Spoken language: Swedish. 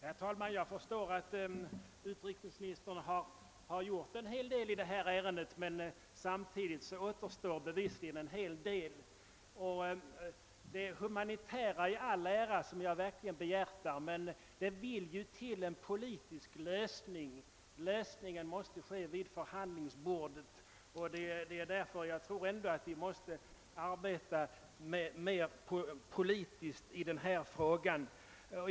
Herr talman! Jag förstår att utrikesministern har gjort en hel del i detta ärende, men samtidigt återstår det mycket att göra. Och det humanitära i all ära — det är något som jag verkligen behjärtar — men det krävs en politisk lösning, och den måste åstadkommas vid förhandlingsbordet. Det är därför jag tror att vi ändå måste arbeta mera politiskt i denna fråga.